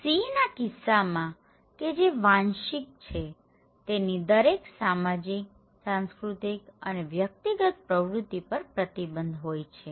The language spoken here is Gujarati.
Cના કિસ્સામાં કે જે વાંશિક છે તેની દરેક સામાજિક સાંસ્કૃતિક અને વ્યક્તિ ગત પ્રવૃત્તિઓ પર પ્રતિબંધ હોય છે